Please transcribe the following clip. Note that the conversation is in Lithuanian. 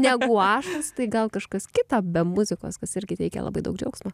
ne guašas tai gal kažkas kita be muzikos kas irgi teikia labai daug džiaugsmo